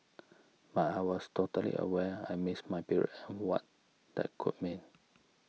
but I was totally aware I missed my periods and what that could mean